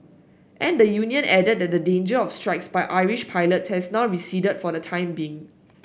and the union added that the danger of strikes by Irish pilots has now receded for the time being